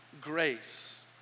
Grace